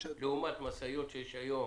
לעומת משאיות שיש היום